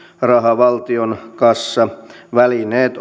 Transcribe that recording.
raha valtion kassa välineet